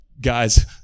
guys